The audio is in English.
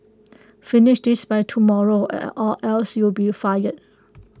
finish this by tomorrow or else you'll be fired